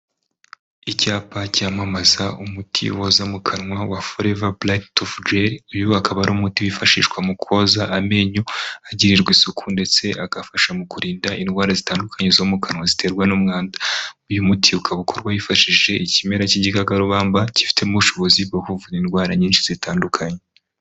Icyapa cyamamaza umuti woza mu kanwa wa foreva burekitusi jeri. Uyu ukaba ari umuti wifashishwa mu koza amenyo agirirwa isuku ndetse agafasha mu kurinda indwara zitandukanye zo mu kanwa ziterwa n'umwanda. Uyu muti ukaba ukorwa hifashishijwe ikimera cy'igikakarubamba gifitemo ubushobozi bwo kuvura indwara nyinshi zitandukanye.